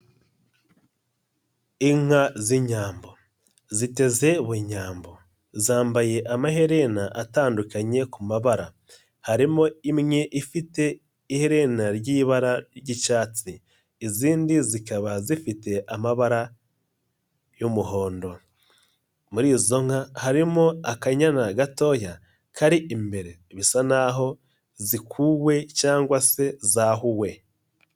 Inka z'inyambo ziteze ubunyambo zambaye amaherena atandukanye ku mabara, harimo imwe ifite iherena ry'ibara ry'icyatsi, izindi zikaba zifite amabara y'umuhondo. Muri izo nka harimo akanyana gatoya kari imbere bisa n'aho zikuwe cyangwa se zahuwe.